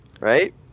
Right